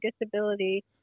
disability